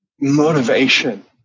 motivation